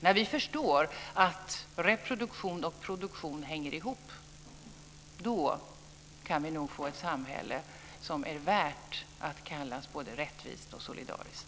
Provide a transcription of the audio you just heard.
När vi förstår att reproduktion och produktion hänger ihop, då kan vi nog få ett samhälle som är värt att kallas både rättvist och solidariskt.